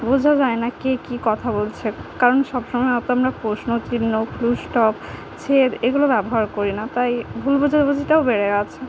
বোঝা যায় না কে কী কথা বলছে কারণ সবসময় অত আমরা প্রশ্ন চিহ্ন ফুল স্টপ ছেদ এগুলো ব্যবহার করি না তাই ভুল বোঝাবুঝিটাও বেড়ে গেছে